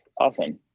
Awesome